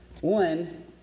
One